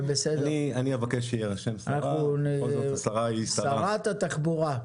בסדר, זה יתוקן ויבוצע שרת התחבורה.